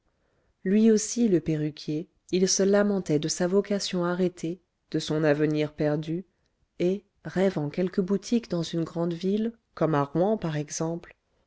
lui aussi le perruquier il se lamentait de sa vocation arrêtée de son avenir perdu et rêvant quelque boutique dans une grande ville comme à rouen par exemple